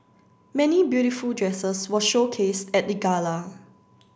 many beautiful dresses were showcased at the gala